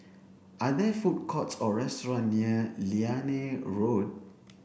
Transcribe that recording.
are there food courts or restaurant near Liane Road